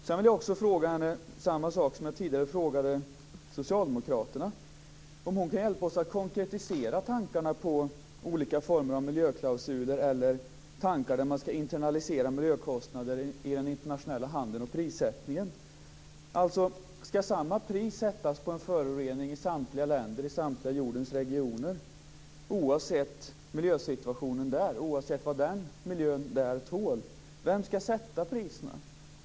Sedan vill jag också ställa samma fråga som jag tidigare ställde till socialdemokraterna, om hon kan hjälpa oss att konkretisera tankarna på olika former av miljöklausuler eller tankar på att internalisera miljökostnader i den internationella handeln och prissättningen. Skall samma pris sättas på en förorening i samtliga länder i samtliga jordens regioner, oavsett vad miljön där tål? Vem skall sätta priserna?